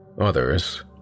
others